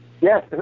yes